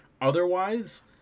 Otherwise